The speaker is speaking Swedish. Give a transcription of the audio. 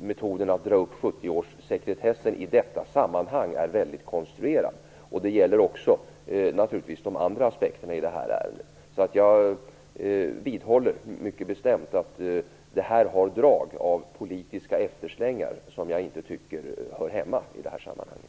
Metoden att dra upp 70-årssekretessen i detta sammanhang är mycket konstruerad. Det gäller naturligtvis även de andra aspekterna i det här ärendet. Jag vidhåller mycket bestämt att det här ärendet har drag av politiska efterslängar som jag inte tycker hör hemma i det här sammanhanget.